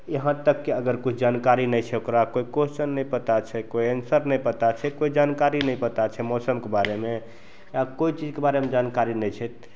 यहाँ तक कि अगर किछु जानकारी नहि छै ओकरा कोइ क्वेश्चन नहि पता छै कोइ आन्सर नहि पता छै कोइ जानकारी नहि पता छै मौसमके बारेमे या कोइ चीजके बारेमे जानकारी नहि छै